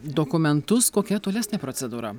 dokumentus kokia tolesnė procedūra